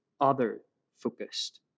other-focused